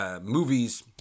movies